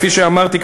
כפי שאמרתי,